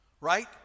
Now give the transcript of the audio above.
Right